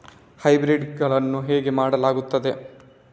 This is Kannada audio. ಹೈಬ್ರಿಡ್ ಗಳನ್ನು ಹೇಗೆ ಮಾಡಲಾಗುತ್ತದೆ?